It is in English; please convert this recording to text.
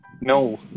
No